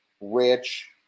rich